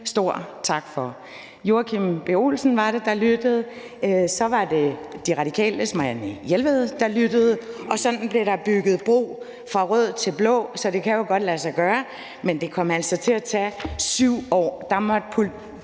for. Det var Joachim B. Olsen, der lyttede, og så var det De Radikales Marianne Jelved, der lyttede, og sådan blev der bygget bro fra rød til blå, så det kan jo godt lade sig gøre, men det kom altså til at tage 7 år. Der måtte dansk